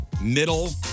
middle